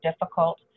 difficult